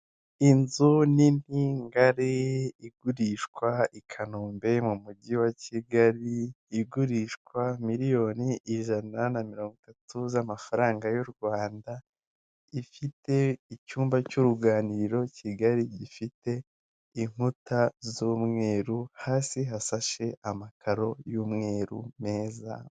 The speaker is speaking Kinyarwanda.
Inzu nini ngari igurishwa i Kanombe mu mujyi wa Kigali, igurishwa miliyoni ijana na mirongo itatu z'amafaranga y'u Rwanda. Ifite icyumba cy'uruganiriro kigari gifite inkuta z'umweru, hasi hasashe amakaro y'umweru meza.